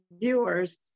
viewers